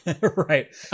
Right